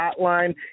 hotline